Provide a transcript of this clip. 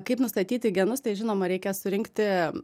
kaip nustatyti genus tai žinom reikia surinkti